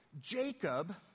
Jacob